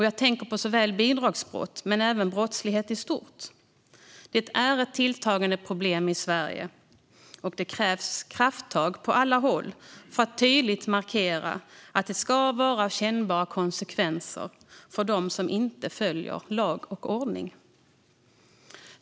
Jag tänker på såväl bidragsbrott som brottslighet i stort. Det är ett tilltagande problem i Sverige, och det krävs krafttag på alla håll för att tydligt markera att det ska vara kännbara konsekvenser för dem som inte följer lag och ordning.